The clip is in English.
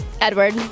Edward